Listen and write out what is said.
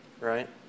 right